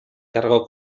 cargo